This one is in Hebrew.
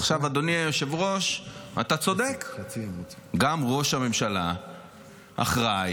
אדוני היושב-ראש, אתה צודק, גם ראש הממשלה אחראי,